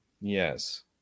Yes